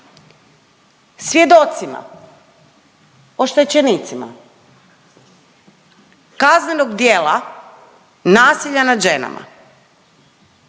svjedocima, oštećenicima kaznenog djela nasilja nad ženama